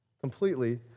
Completely